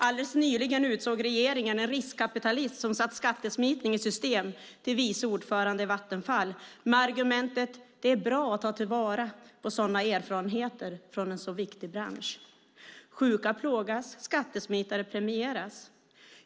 Alldeles nyligen utsåg regeringen en riskkapitalist som satt skattesmitning i system till vice ordförande i Vattenfall med argumentet att det är bra att ta till vara sådana erfarenheter från en så viktig bransch. Sjuka plågas, skattesmitare premieras.